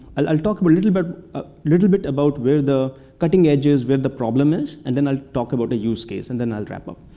i'll talk a little but ah little bit about where the cutting edge is, where the problem is. and then i'll talk about the use case, and then i'll wrap up.